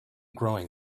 growing